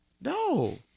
No